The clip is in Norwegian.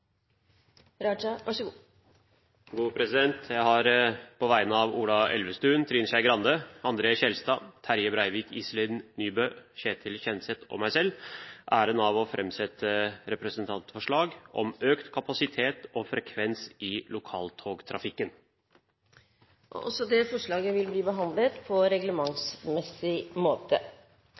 Raja vil framsette et representantforslag. Jeg har på vegne av representantene Ola Elvestuen, Trine Skei Grande, André N. Skjelstad, Terje Breivik, Iselin Nybø, Ketil Kjenseth og meg selv æren av å framsette representantforslag om økt kapasitet og frekvens i lokaltogtrafikken. Forslaget vil bli behandlet på reglementsmessig måte.